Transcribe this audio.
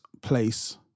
place